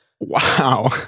Wow